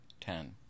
ten